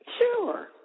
Sure